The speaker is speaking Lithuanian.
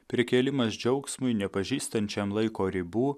prikėlimas džiaugsmui nepažįstančiam laiko ribų